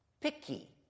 Picky